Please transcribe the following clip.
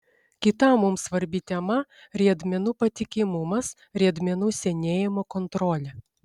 kita mums svarbi tema riedmenų patikimumas riedmenų senėjimo kontrolė